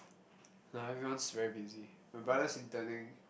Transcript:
now everyone's very busy my brother's interning